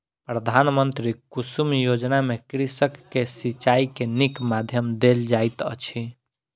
प्रधानमंत्री कुसुम योजना में कृषक के सिचाई के नीक माध्यम देल जाइत अछि